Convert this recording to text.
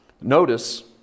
Notice